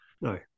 No